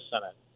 Senate